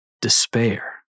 Despair